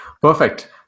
Perfect